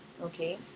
Okay